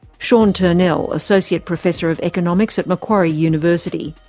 sean turnell, associate professor of economics at macquarie university.